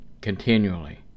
continually